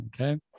Okay